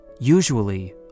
Usually